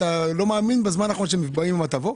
אתה לא מאמין בזמן האחרון שהם באים עם הטבות.